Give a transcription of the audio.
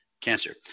cancer